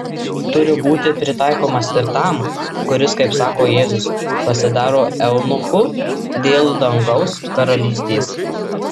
turi būti pritaikomas ir tam kuris kaip sako jėzus pasidaro eunuchu dėl dangaus karalystės